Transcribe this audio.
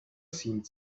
seemed